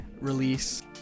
release